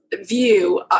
view